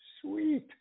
sweet